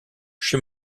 chez